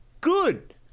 good